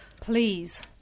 Please